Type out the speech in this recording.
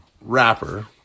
rapper